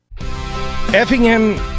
Effingham